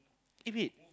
give it